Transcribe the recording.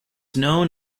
known